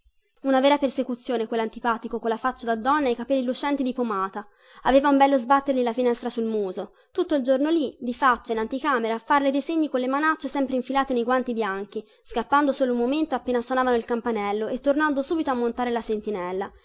una vera persecuzione quellantipatico colla faccia di donna e i capelli lucenti di pomata aveva un bello sbattergli la finestra sul muso tutto il giorno lì di faccia in anticamera a farle dei segni colle manacce sempre infilate nei guanti bianchi scappando solo un momento appena sonavano il campanello e tornando subito a montare la sentinella